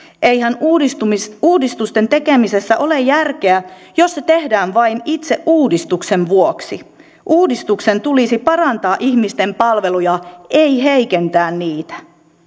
eihän uudistusten tekemisessä ole järkeä jos ne tehdään vain itse uudistuksen vuoksi uudistuksen tulisi parantaa ihmisten palveluja ei heikentää niitä